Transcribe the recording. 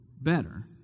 better